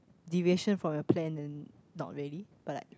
deviation from your plan and not really but like